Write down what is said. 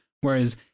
whereas